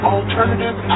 Alternative